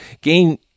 gain